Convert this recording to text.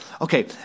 Okay